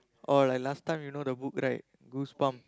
oh like last time you know the book right goosebump